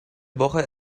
woche